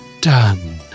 done